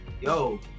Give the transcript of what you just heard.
Yo